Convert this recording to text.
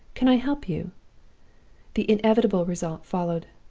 can i help you the inevitable result followed.